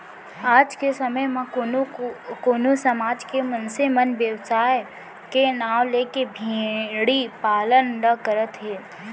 आज के समे म कोनो कोनो समाज के मनसे मन बेवसाय के नांव लेके भेड़ी पालन ल करत हें